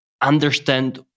understand